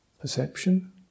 perception